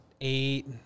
eight